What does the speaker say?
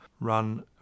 run